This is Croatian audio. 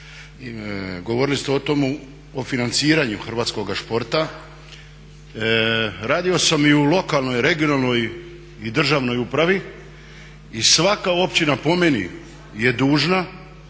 govorili ste o financiranju hrvatskoga športa, radio sam i u lokalnoj, regionalnoj i državnoj upravi i svaka općina po meni je dužna